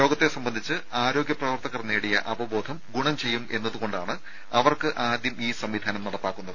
രോഗത്തെ സംബന്ധിച്ച് ആരോഗ്യ പ്രവർത്തകർ നേടിയ അവബോധം ഗുണം ചെയ്യും എന്നതുകൊണ്ടാണ് അവർക്ക് ആദ്യം ഈ സംവിധാനം നടപ്പാക്കുന്നത്